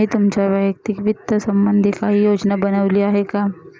तुम्ही तुमच्या वैयक्तिक वित्त संबंधी काही योजना बनवली आहे का?